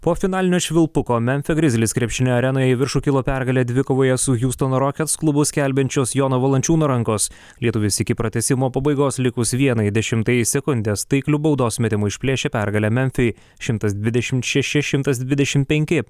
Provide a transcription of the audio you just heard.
po finalinio švilpuko memfio grizzlies krepšinio arenoje į viršų kilo pergalę dvikovoje su hiustono rockets klubu skelbiančios jono valančiūno rankos lietuvis iki pratęsimo pabaigos likus vienai dešimtajai sekundės taikliu baudos metimu išplėšė pergalę memfiui šimtas dvidešimt šeši šimtas dvidešim penki